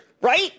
right